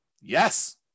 yes